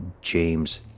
James